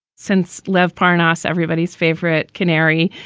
since lev parnas, everybody's favorite canary,